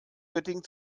göttingen